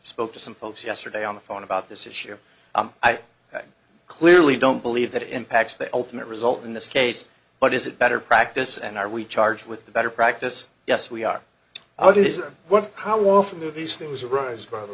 spoke to some folks yesterday on the phone about this issue i clearly don't believe that it impacts the ultimate result in this case but is it better practice and are we charged with the better practice yes we are i do this or what how often do these things arise